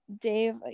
Dave